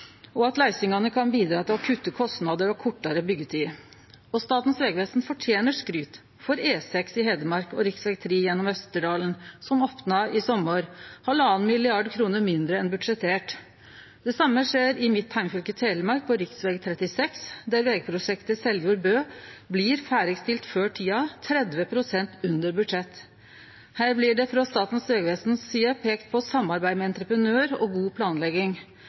og at løysingane kan bidra til å kutte kostnader og kortare byggjetid. Statens vegvesen fortener skryt for E6 i Hedmark og rv. 3 gjennom Østerdalen som opna i sommar til 1,5 mrd. kr mindre enn budsjettert. Det same skjer i mitt heimfylke, Telemark, på rv. 36, der vegprosjektet Seljord–Bø blir ferdigstilt før tida 30 pst. under budsjett. Her blir det frå Statens vegvesens side peika på samarbeid med entreprenør og god planlegging.